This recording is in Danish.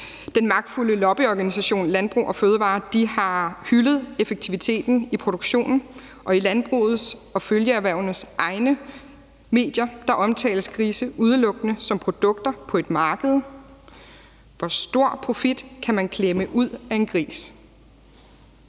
Den magtfulde lobbyorganisation Landbrug & Fødevarer har hyldet effektiviteten i produktionen, og i landbrugets og følgeerhvervenes egne medier omtales grise udelukkende som produkter på et marked: Hvor stor profit kan man klemme ud af en gris?